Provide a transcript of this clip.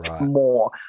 more